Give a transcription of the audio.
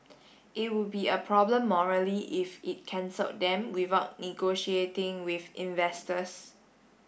it would be a problem morally if it cancelled them without negotiating with investors